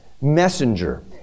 messenger